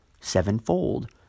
sevenfold